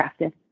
crafted